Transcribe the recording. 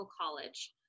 college